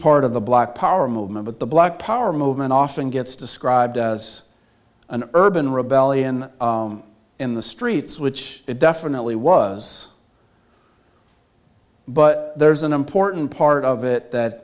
part of the black power movement but the black power movement often gets described as an urban rebellion in the streets which it definitely was but there's an important part of it that